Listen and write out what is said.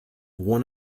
one